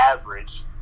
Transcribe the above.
average